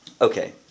Okay